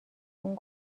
اون